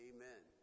Amen